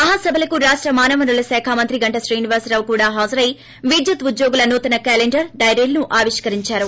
మహాసభలకు రాష్ట మానవ వనరులశాఖ మంత్రి గంటా శ్రీనివాసరావు కూడా హాజరై విద్యుత్ ఉద్యోగుల నూతన క్యాలండర్ డైరీలను ఆవిష్కరించారు